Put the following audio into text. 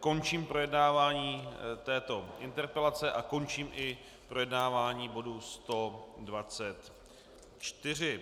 končím projednávání této interpelace a končím i projednávání bodu 124.